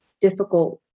difficult